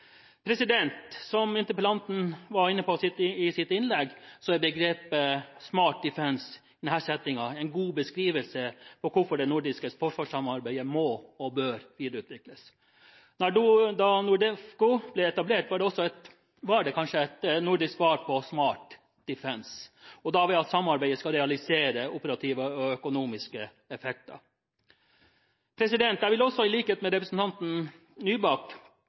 Som interpellanten var inne på i sitt innlegg, er begrepet «Smart Defence» i denne settingen en god beskrivelse på hvorfor det nordiske forsvarssamarbeidet må og bør videreutvikles. Da NORDEFCO ble etablert, var det kanskje et nordisk svar på «Smart Defence», og da ved at samarbeidet skal realisere operative og økonomiske effekter. Jeg vil også, i likhet med representanten Nybakk,